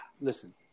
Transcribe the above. Listen